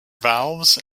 valves